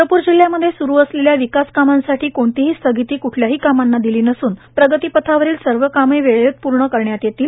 चंद्रपूर जिल्ह्यामध्ये सुरू असलेल्या विकासकामांसाठी कोणतीही स्थगिती कुठल्याही कामांना दिली नसून प्रगतीपथावरील सर्व कामे वेळेत पूर्ण करण्यात येतील